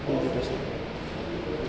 બીજું કશું જ નહીં